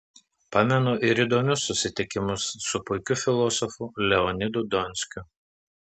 pamenu ir įdomius susitikimus su puikiu filosofu leonidu donskiu